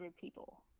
people